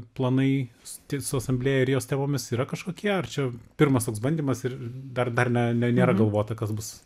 planai su asamblėja ir jos temomis yra kažkokie ar čia pirmas toks bandymas ir dar dar ne nėra galvota kas bus